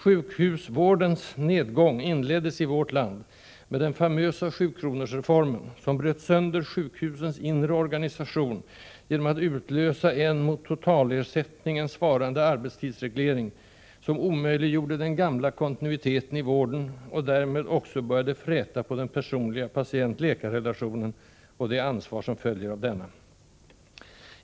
Sjukhusvårdens nedgång inleddes i vårt land med den famösa ”sjukronorsreformen”, som bröt sönder sjukhusens inre organisation genom att utlösa en mot totalersättningen svarande arbetstidsreglering, som omöjliggjorde den gamla kontinuiteten i vården och därmed också började fräta på den personliga patient-läkar-relationen och det ansvar som följer av denna.